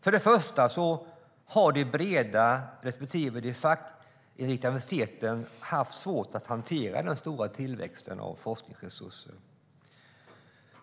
Både de breda och de fackinriktade universiteten har haft svårt att hantera den stora tillväxten av forskningsresurser.